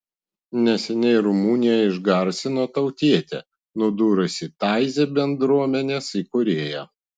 neseniai rumuniją išgarsino tautietė nudūrusi taizė bendruomenės įkūrėją